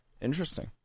Interesting